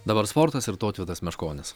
dabar sportas ir tautvydas meškonis